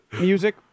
music